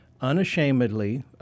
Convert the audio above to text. unashamedly